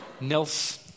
Nils